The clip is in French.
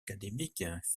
académiques